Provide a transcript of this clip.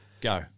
Go